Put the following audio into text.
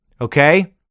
Okay